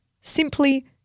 Simply